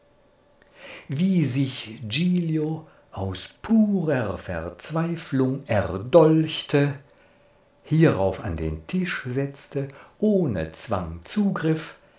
wie sich giglio aus purer verzweiflung erdolchte hierauf an den tisch setzte ohne zwang zugriff